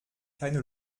keine